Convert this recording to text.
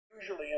usually